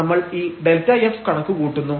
നമ്മൾ ഈ Δf കണക്കുകൂട്ടുന്നു